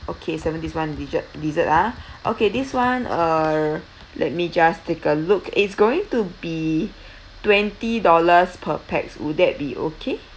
okay seven dish one dessert dessert ah okay this one uh let me just take a look it's going to be twenty dollars per pax would that be okay